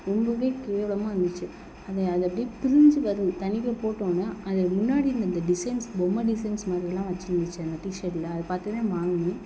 ரொம்பவே கேவலமாக இருந்துச்சு அது அது அப்படியே பிரிஞ்சி வருது தண்ணிக்குள்ள போட்ட உடனே அது முன்னாடி இருந்த அந்த டிசைன்ஸ் பொம்மை டிசைன்ஸ் மாதிரிலாம் வச்சிருந்துச்சு அந்த டி ஷர்ட்டில் அதை பார்த்துதான் வாங்கினேன்